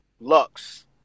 Lux